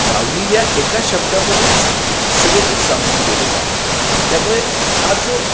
माऊली या एका शब्दामध्येच सगळं काही सामावून गेलेलं आहे त्यामुळे हा जो